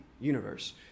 universe